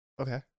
Okay